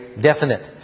definite